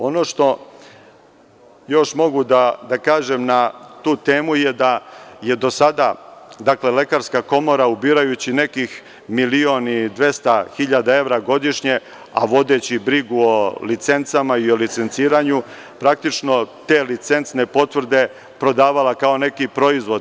Ono što još mogu da kažem na tu temu, jeste da je do sada Lekarska komora, ubirajući nekih milion i dvesta hiljada evra godišnje, a vodeći brigu o licencama i o licenciranju, praktično te licencne potvrde prodavala kao neki proizvod.